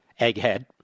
egghead